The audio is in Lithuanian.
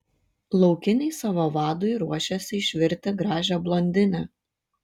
laukiniai savo vadui ruošiasi išvirti gražią blondinę